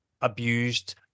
abused